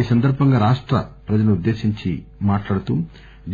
ఈ సందర్బంగా రాష్ట ప్తజలనుద్దేశించి మాట్లాడుతూ